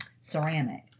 ceramic